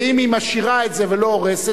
ואם היא משאירה את זה ולא הורסת,